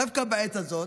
דווקא בעת הזאת,